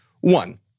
One